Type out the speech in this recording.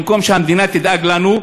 במקום שהמדינה תדאג לנו,